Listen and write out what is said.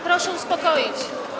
Proszę uspokoić.